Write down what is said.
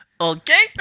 okay